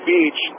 Beach